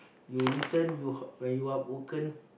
you listen you when you heartbroken